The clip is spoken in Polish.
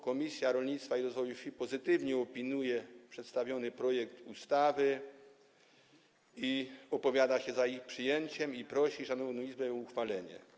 Komisja Rolnictwa i Rozwoju Wsi pozytywnie opiniuje przedstawiony projekt ustawy, opowiada się za jej przyjęciem i prosi szanowną Izbę o jej uchwalenie.